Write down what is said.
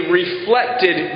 reflected